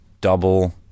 double